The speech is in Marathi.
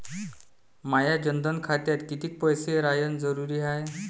माया जनधन खात्यात कितीक पैसे रायन जरुरी हाय?